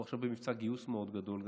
עכשיו אנחנו במבצע גיוס מאוד גדול,